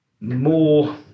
more